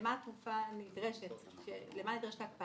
למה יידרש הקפאה.